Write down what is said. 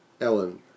Ellen